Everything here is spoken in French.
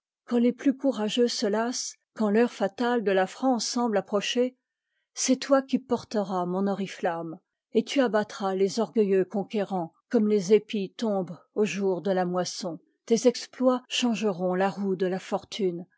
quand les plus courageux se lassent quand l'heure fatale de la france semble approcher c'est toi qui porteras mon oriflamme et tu abattras les orgueilleux conquérants comme les épis tombent au jour de la moisson tes exploits changeront la roue de la fortune